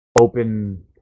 open